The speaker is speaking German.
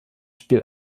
spiel